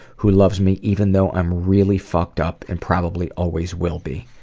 who loves me even though i'm really fucked up and probably always will be.